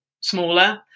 smaller